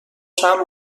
چند